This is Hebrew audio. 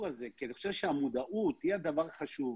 הזה כי אני חושב שהמודעות היא הדבר החשוב.